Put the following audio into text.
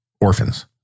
orphans